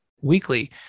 weekly